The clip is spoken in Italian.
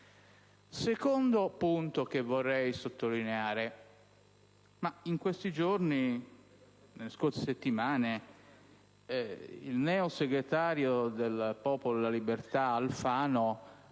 secondo punto che vorrei sottolineare è che in questi giorni e nelle scorse settimane il neosegretario del Popolo della Libertà Alfano